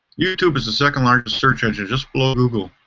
youtube is the second largest search engine just below google.